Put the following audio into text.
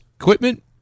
equipment